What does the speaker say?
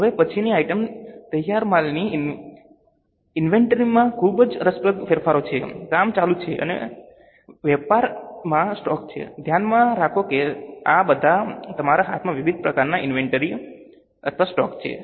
હવે પછીની આઇટમ તૈયાર માલની ઇન્વેન્ટરીમાં ખૂબ જ રસપ્રદ ફેરફારો છે કામ ચાલુ છે અને વેપારમાં સ્ટોક છે ધ્યાનમાં રાખો કે આ બધા તમારા હાથમાં વિવિધ પ્રકારની ઇન્વેન્ટરી અથવા સ્ટોક છે